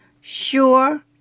sure